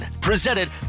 presented